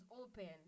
open